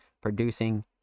producing